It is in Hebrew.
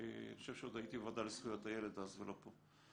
שעוד הייתי בוועדה לזכויות הילד אז ולא פה.